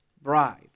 Bride